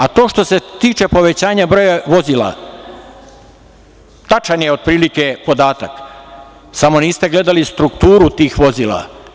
A, to što se tiče povećanja broja vozila, tačan je otprilike podatak, samo niste gledali strukturu tih vozila.